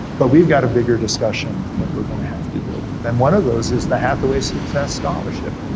but we've got a bigger discussion that we're gonna have to deal with. and one of those is the hathaway success scholarship.